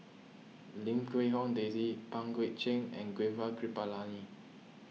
Lim Quee Hong Daisy Pang Guek Cheng and Gaurav Kripalani